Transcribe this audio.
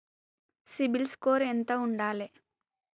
CIBIL score ఎంత ఉండాలే?